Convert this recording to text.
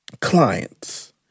clients